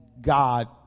God